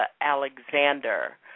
Alexander